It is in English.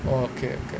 orh okay okay